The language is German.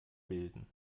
bilden